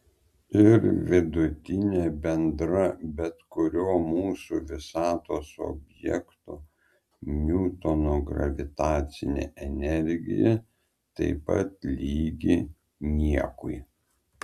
ir vidutinė bendra bet kurio mūsų visatos objekto niutono gravitacinė energija taip pat lygi niekui